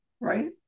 Right